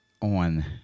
on